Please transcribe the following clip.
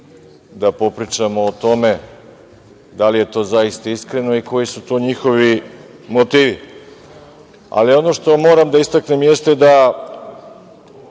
da popričamo o tome da li je to zaista iskreno i koji su to njihovi motivi. Ono što moram da istaknem jeste da